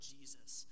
Jesus